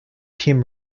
team